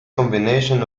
combination